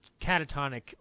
catatonic